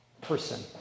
person